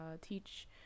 teach